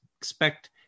expect